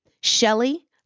Shelley